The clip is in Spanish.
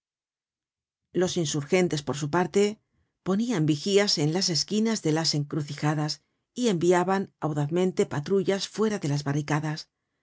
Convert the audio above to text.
los insurgentes por su parte ponian vigías en las esquinas de las encrucijadas y enviaban audazmente patrullas lucra de las barricadas